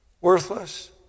Worthless